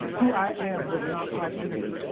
who i am was not popular.